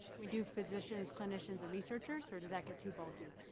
we do physicians, clinicians, researchers or does that get too bulky?